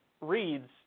reads